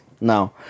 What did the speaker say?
Now